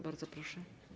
Bardzo proszę.